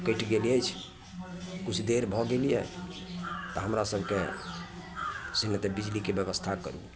कटि गेल अछि किछु देर भऽ गेल यऽ तऽ हमरा सबके से नहि तऽ बिजलीके बेबस्था करू